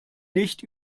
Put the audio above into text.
nicht